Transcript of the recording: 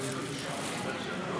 נמנע אחד.